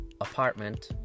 apartment